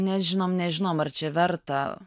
nežinom nežinom ar čia verta